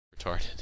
retarded